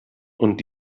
und